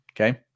Okay